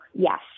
Yes